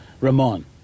Ramon